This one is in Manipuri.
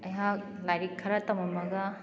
ꯑꯩꯍꯥꯛ ꯂꯥꯏꯔꯤꯛ ꯈꯔ ꯇꯝꯂꯝꯂꯒ